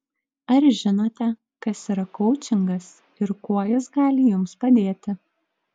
ar žinote kas yra koučingas ir kuo jis gali jums padėti